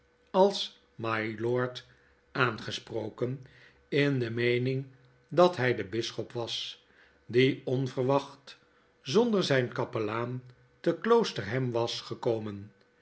als mylord aangesproken in de meening dat hij de bisschop was die onverwacht zonder zijn kapelaan te kloosterham was gekomen